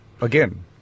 Again